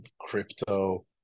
crypto